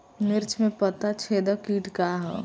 मिर्च में पता छेदक किट का है?